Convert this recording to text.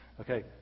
Okay